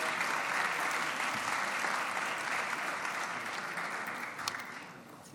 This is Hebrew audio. (חותם